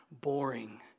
boring